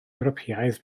ewropeaidd